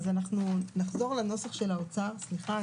אז אנחנו נחזור לנוסח של האוצר סליחה,